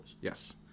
Yes